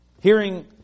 Hearing